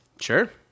Sure